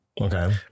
Okay